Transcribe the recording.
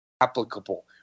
applicable